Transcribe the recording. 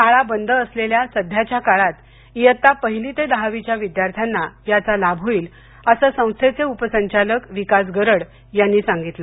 शाळा बंद असलेल्या सध्याच्या काळात इयत्ता पहिली ते दहावीच्या विद्यार्थ्यांना याचा लाभ होईल असं संस्थेचे उपसंचालक विकास गरड यांनी सांगितलं